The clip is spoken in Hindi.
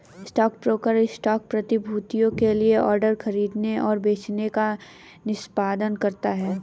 स्टॉकब्रोकर स्टॉक प्रतिभूतियों के लिए ऑर्डर खरीदने और बेचने का निष्पादन करता है